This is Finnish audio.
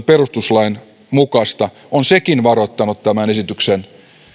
perustuslain mukaista on sekin varoittanut tämän esityksen